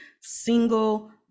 single